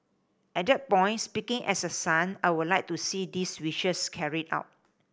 at the point speaking as a son I would like to see these wishes carried out